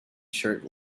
shirt